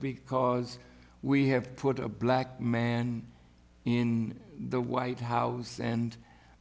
because we have put a black man in the white house and